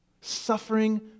Suffering